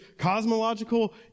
cosmological